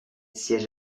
siège